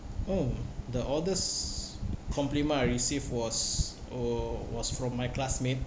hm the oddest compliment I received was wa~ was from my classmate